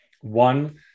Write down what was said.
one